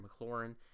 McLaurin